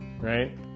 right